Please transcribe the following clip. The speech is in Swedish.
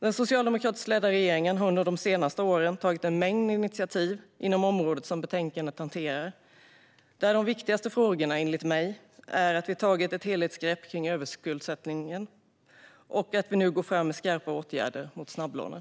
Den socialdemokratiskt ledda regeringen har under de senaste åren tagit en mängd initiativ inom det område som betänkandet hanterar. De viktigaste frågorna är enligt mig att vi har tagit ett helhetsgrepp om överskuldsättningen och att vi nu går fram med skarpa åtgärder mot snabblånen.